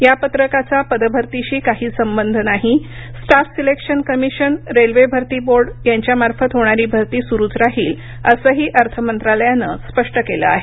या पत्रकाचा पद भरतीशी काही संबंध नाही स्टाफ सिलेक्शन कमिशन रेल्वे भरती बोर्ड यांच्यामार्फत होणारी भरती सुरूट राहील असंही असंही अर्थ मंत्रालयानं स्पष्ट केलं आहे